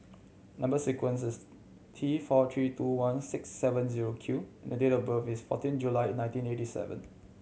number sequence is T four three two one six seven zero Q and date of birth is fourteen July nineteen eighty seven